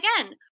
again